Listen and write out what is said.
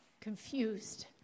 confused